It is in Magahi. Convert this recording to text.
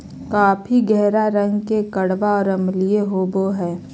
कॉफी गहरा रंग के कड़वा और अम्लीय होबो हइ